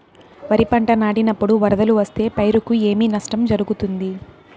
వరిపంట నాటినపుడు వరదలు వస్తే పైరుకు ఏమి నష్టం జరుగుతుంది?